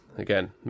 again